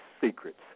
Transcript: Secrets